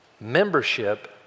Membership